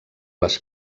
les